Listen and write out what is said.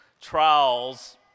trials